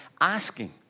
asking